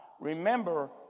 Remember